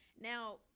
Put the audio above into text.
now